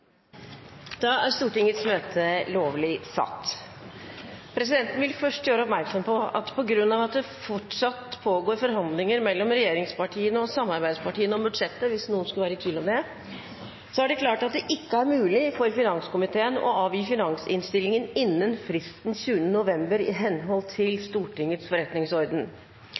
Da tar Stortinget en pause frem til kl. 15.30. Møtet avbrutt kl. 10.41. Stortinget gjenopptok sine forhandlinger kl. 15.30. Presidenten vil først gjøre oppmerksom på at på grunn av at det fortsatt pågår forhandlinger mellom regjeringspartiene og samarbeidspartiene om budsjettet – hvis noen skulle være i tvil om det – er det klart at det ikke er mulig for finanskomiteen å avgi finansinnstillingen innen